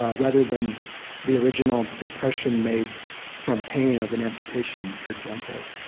ah rather than the original impression made from pain of an amputation, for example.